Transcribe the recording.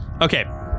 Okay